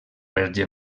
verge